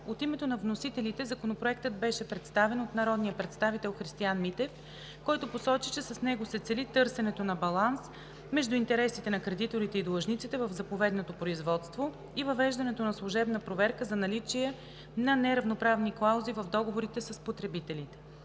От името на вносителите Законопроектът беше представен от народния представител Христиан Митев, който посочи, че с него се цели търсенето на баланс между интересите на кредиторите и длъжниците в заповедното производство и въвеждането на служебна проверка за наличие на неравноправни клаузи в договорите с потребители.